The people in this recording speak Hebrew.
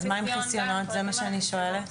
זה מה שאני שואלת.